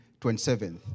27th